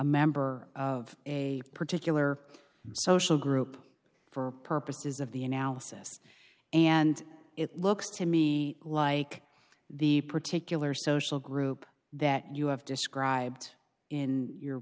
member of a particular social group for purposes of the analysis and it looks to me like the particular social group that you have described in your